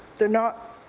they're not